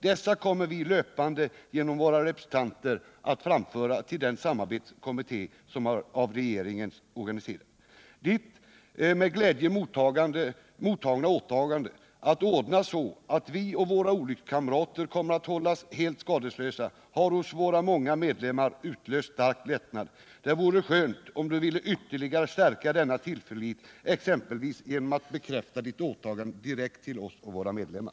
Dessa kommer vi löpande, genom våra representanter, att framföra till den samarbetskommitté som av regeringen organiserats. Ditt -—-- med glädje mottagna åtagande att ordna så, att vi och våra olyckskamrater kommer att hållas helt skadeslösa har hos våra många medlemmar utlöst stark lättnad. Det vore skönt om Du ville ytterligare stärka denna tillförlit, exempelvis genom att bekräfta Ditt åtagande direkt till oss och våra medlemmar.”